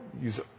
use